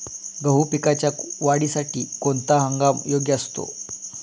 गहू पिकाच्या वाढीसाठी कोणता हंगाम योग्य असतो?